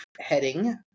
heading